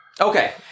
Okay